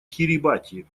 кирибати